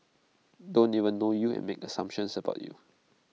don't even know you and make assumptions about you